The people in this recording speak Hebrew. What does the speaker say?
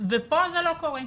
כאן זה לא קורה.